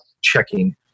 checking